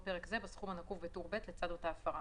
פרק זה בסכום הנקוב בטור ב' לצד אותה הפרה.